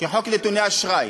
כחוק נתוני אשראי,